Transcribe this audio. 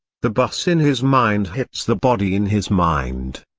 the bus in his mind hits the body in his mind.